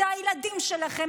אלה הילדים שלכם,